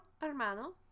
hermano